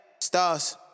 stars